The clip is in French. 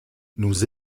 nous